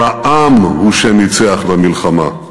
אבל העם הוא שניצח במלחמה".